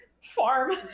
farm